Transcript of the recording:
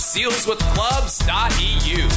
SealsWithClubs.eu